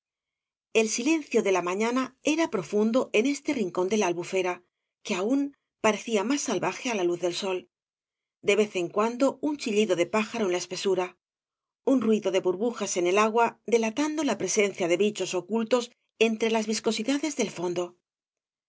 el silencio de la mañana era profundo en este rincón de la albufera que aún parecía más salva je á la luz del sol de vez en cuando un chillido de pájaro en la espesura un ruido de burbujas en el agua delatando la presencia de bichos ocultos entre las viscosidades del fondo don